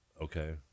Okay